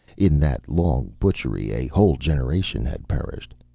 in that long butchery a whole generation had perished.